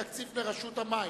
התקציב לרשות המים.